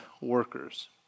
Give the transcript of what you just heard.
workers